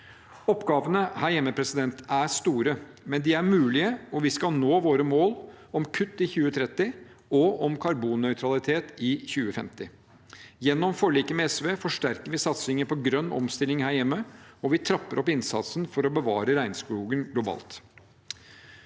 Oppgavene her hjemme er store, men de er mulige, og vi skal nå våre mål om kutt i 2030 og om karbonnøytralitet i 2050. Gjennom forliket med SV forsterker vi satsinger på grønn omstilling her hjemme, og vi trapper opp innsatsen for å bevare regnskogen globalt.